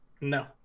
No